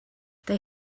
they